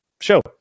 show